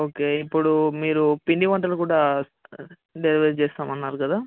okay ఇప్పుడు మీరు పిండి వంటలు కూడా డెలివరీ చేస్తాం అన్నారు కదా